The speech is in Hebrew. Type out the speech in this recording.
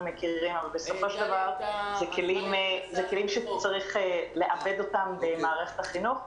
מכירים אבל בסופו של דבר אלה כלים שצריך לעבד אותם במערכת החינוך.